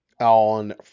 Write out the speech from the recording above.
on